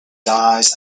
dies